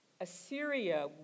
Assyria